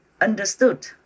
understood